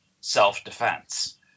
self-defense